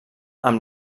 amb